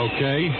Okay